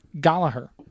Gallagher